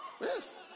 Yes